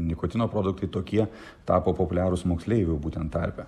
nikotino produktai tokie tapo populiarūs moksleivių būtent tarpe